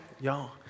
y'all